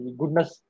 goodness